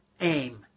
aim